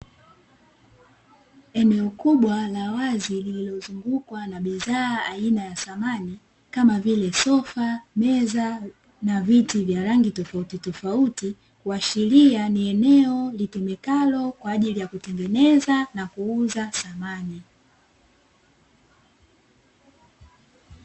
Eneo kubwa la wazi lilikozungukwa na bidhaa aina ya samani, kama vile; sofa, meza na viti vya rangi tofautitofauti, kuashiria ni eneo litumikalo kwa ajili ya kutengeneza na kuuza samani.